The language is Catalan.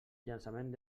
llançament